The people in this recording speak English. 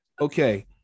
Okay